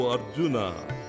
Arjuna